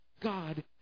God